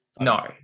No